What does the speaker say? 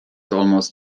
almost